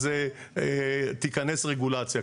אז תיכנס רגולציה.